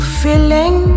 feeling